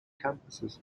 campuses